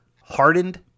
hardened